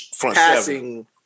passing